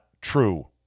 true